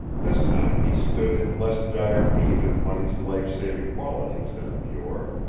this tine he stood in less dire need of money's life-saving qualities than of yore.